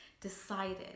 decided